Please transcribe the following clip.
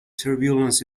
turbulence